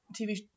tv